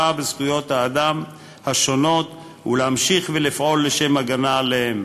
בזכויות האדם השונות ולהמשיך ולפעול לשם הגנה עליהן.